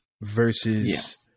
versus